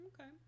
Okay